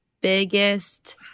biggest